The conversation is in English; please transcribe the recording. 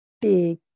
Big